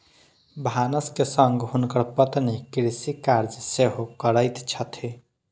भानस के संग हुनकर पत्नी कृषि कार्य सेहो करैत छथि